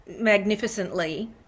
magnificently